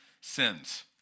sins